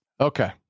Okay